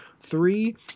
three